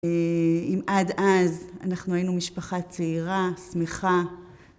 אם עד אז אנחנו היינו משפחה צעירה, שמחה.